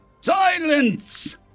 Silence